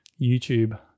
YouTube